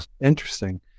Interesting